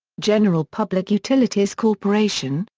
general public utilities corporation,